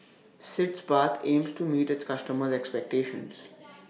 Sitz Bath aims to meet its customers' expectations